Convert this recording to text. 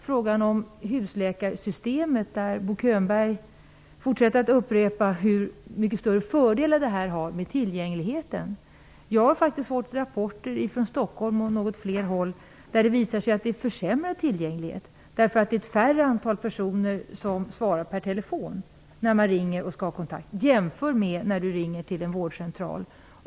Bo Könberg fortsätter att upprepa hur många fler fördelar husläkarsystemet har vad gäller tillgängligheten. Jag har faktiskt fått rapporter från både Stockholm och några fler håll, vilka påvisar försämrad tillgänglighet. Ett färre antal personer svarar nämligen i telefon, när man ringer och vill ha kontakt, jämfört med när man ringer en vårdcentral.